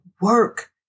work